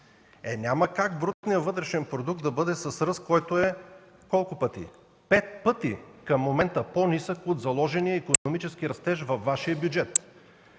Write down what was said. Е, няма как брутният вътрешен продукт да бъде с ръст, който е към момента пет пъти по-нисък от заложения икономически растеж във Вашия бюджет.